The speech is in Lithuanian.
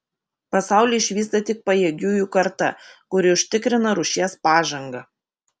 pasaulį išvysta tik pajėgiųjų karta kuri užtikrina rūšies pažangą